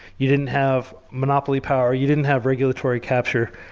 you didn't have monopoly power, you didn't have regulatory capture.